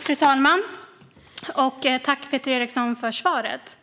Fru talman! Tack, Peter Eriksson, för svaret!